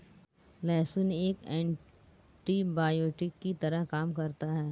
लहसुन एक एन्टीबायोटिक की तरह काम करता है